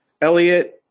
Elliot